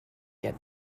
get